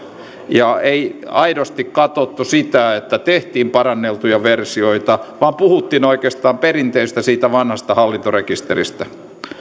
ja ei aidosti katsottu sitä että tehtiin paranneltuja versioita vaan puhuttiin oikeastaan perinteisestä siitä vanhasta hallintarekisteristä